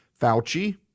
Fauci